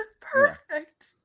perfect